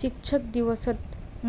शिक्षक दिवसत